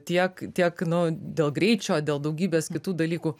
tiek tiek nu dėl greičio dėl daugybės kitų dalykų